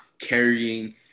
carrying